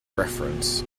reference